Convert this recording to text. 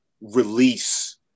release